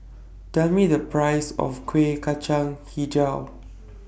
Tell Me The Price of Kueh Kacang Hijau